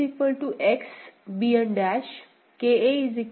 Bn' KA 1 Y X'